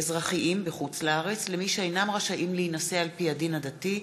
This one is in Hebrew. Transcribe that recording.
אזרחיים בחוץ-לארץ למי שאינם רשאים להינשא על-פי הדין הדתי,